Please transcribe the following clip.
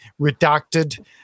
redacted